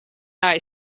eye